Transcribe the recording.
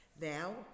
Now